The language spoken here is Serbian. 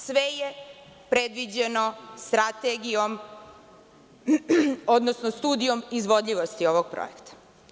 Sve je predviđeno strategijom, odnosno studijom izvodljivosti ovog projekta.